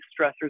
stressors